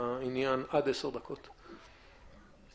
עד עשר דקות לרשותך.